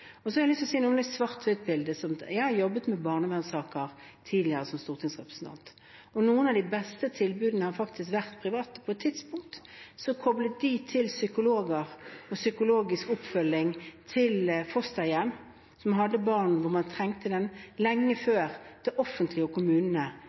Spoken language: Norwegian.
Så har jeg lyst til å si noe om det svart-hvitt bildet som tegnes. Jeg har jobbet med barnevernssaker tidligere som stortingsrepresentant. Noen av de beste tilbudene har vært private. På et tidspunkt koblet de til psykologer og hadde psykologisk oppfølging av fosterhjem som hadde barn som trengte det, lenge